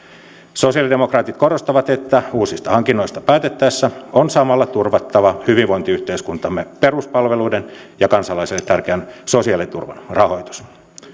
sosiaalidemokraatit korostavat että uusista hankinnoista päätettäessä on samalla turvattava hyvinvointiyhteiskuntamme peruspalveluiden ja kansalaisille tärkeän sosiaaliturvan rahoitus